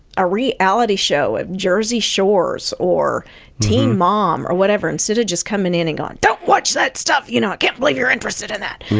a reality show of jersey shores or teen mom or whatever, instead of just coming in and going, don't watch that stuff! i you know can't believe you're interested in that!